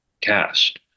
cast